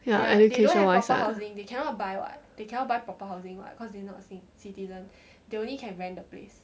ya education wise lah